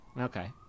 Okay